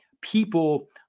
people